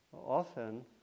often